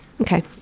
okay